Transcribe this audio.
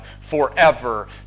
forever